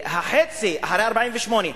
אחרי 1948,